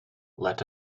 let